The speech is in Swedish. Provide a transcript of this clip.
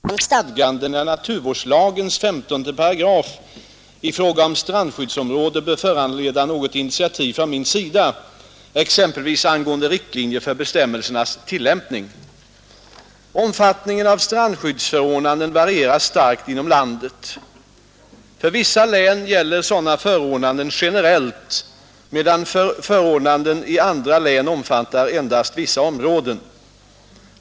Herr talman! Herr Lorentzon har frågat om jag anser att omfattningen av beviljade dispenser från stadgandena i naturvårdslagens 15 § i fråga om strandskyddsområde bör föranleda något initiativ från min sida exempelvis angående riktlinjer för bestämmelsernas tillämpning. Omfattningen av strandskyddsförordnanden varierar starkt inom landet. För vissa län gäller sådana förordnanden generellt, medan förordnanden i andra län omfattar endast vissa områden.